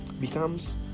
becomes